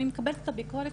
אני מקבלת את הביקורת.